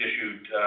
issued